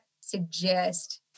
suggest